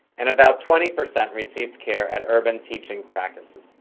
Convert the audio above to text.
and about twenty percent received care at urban teaching practices.